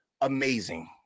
amazing